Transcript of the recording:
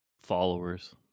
followers